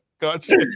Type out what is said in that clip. gotcha